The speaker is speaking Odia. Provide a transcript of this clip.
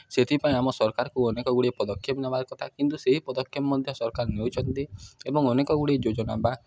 ସେଥିପାଇଁ ଆମ ସରକାରଙ୍କୁ ଅନେକ ଗୁଡ଼ିଏ ପଦକ୍ଷେପ ନେବା କଥା କିନ୍ତୁ ସେହି ପଦକ୍ଷେପ ମଧ୍ୟ ସରକାର ନେଉଛନ୍ତି ଏବଂ ଅନେକ ଗୁଡ଼ିଏ ଯୋଜନା ବା